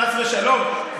חס ושלום,